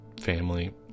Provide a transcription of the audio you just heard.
family